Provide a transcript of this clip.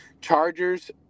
Chargers